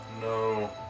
No